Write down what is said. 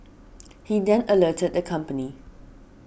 he then alerted the company